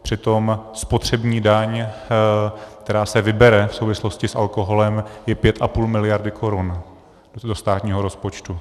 Přitom spotřební daň, která se vybere v souvislosti s alkoholem, je 5,5 miliardy korun do státního rozpočtu.